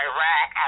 Iraq